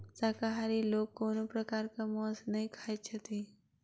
शाकाहारी लोक कोनो प्रकारक मौंस नै खाइत छथि